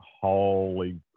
holy